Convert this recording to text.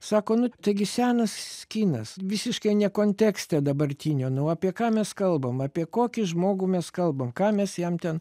sako nu taigi senas kinas visiškai ne kontekste dabartinio nu apie ką mes kalbam apie kokį žmogų mes kalbam ką mes jam ten